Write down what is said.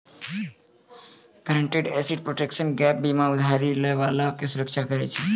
guaranteed asset protection gap बीमा उधारी लै बाला के सुरक्षा करै छै